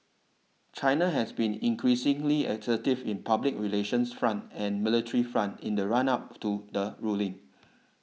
China has been increasingly assertive in the public relations front and military front in the run up to the ruling